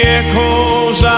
echoes